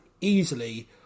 easily